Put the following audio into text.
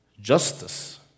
justice